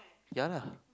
ya lah